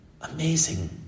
Amazing